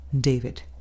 David